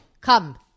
Come